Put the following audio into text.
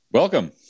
welcome